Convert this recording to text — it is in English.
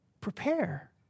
prepare